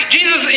Jesus